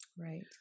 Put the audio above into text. Right